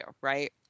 right